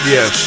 Yes